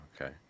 okay